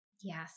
Yes